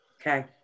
okay